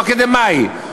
הוא אקדמאי,